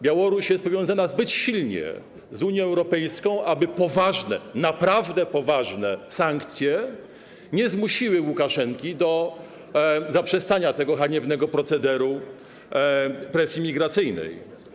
Białoruś jest zbyt silnie powiązana z Unią Europejską, aby poważne, naprawdę poważne sankcje nie zmusiły Łukaszenki do zaprzestania tego haniebnego procederu presji migracyjnej.